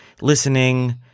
listening